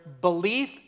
belief